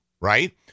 right